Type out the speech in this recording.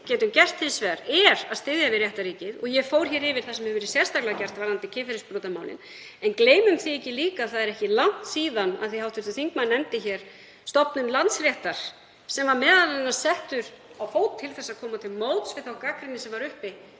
getum hins vegar gert er að styðja við réttarríkið, og ég fór hér yfir það sem hefur verið sérstaklega gert varðandi kynferðisbrotamálin. En gleymum því ekki heldur að það er ekki langt síðan, af því að hv. þingmaður nefndi hér stofnun Landsréttar sem var m.a. settur á fót til að koma til móts við þá gagnrýni sem var uppi